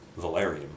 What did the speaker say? valerium